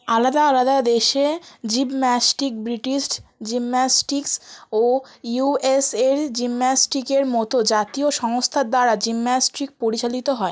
আলাদা আলাদা দেশে জিমন্যাস্টিক ব্রিটিশ জিমন্যাস্টিকস ও ইউএসএল জিমন্যাস্টিকের মতো জাতীয় সংস্থার দ্বারা জিমন্যাস্টিক পরিচালিত হয়